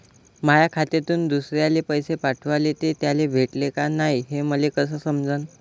माया खात्यातून दुसऱ्याले पैसे पाठवले, ते त्याले भेटले का नाय हे मले कस समजन?